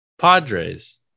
Padres